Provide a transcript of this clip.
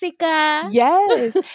Yes